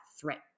threat